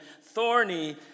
thorny